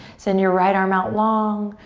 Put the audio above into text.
send your right arm out long,